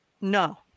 no